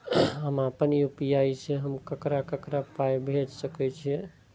हम आपन यू.पी.आई से हम ककरा ककरा पाय भेज सकै छीयै?